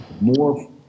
more